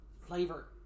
flavor